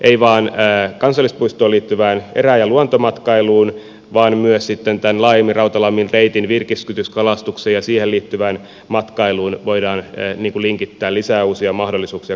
ei vain kansallispuistoon liittyvään erä ja luontomatkailuun vaan myös laajemmin rautalammin reitin virkistyskalastukseen ja siihen liittyvään matkailuun voidaan linkittää lisää uusia mahdollisuuksia kansallispuiston avulla